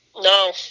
No